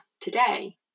today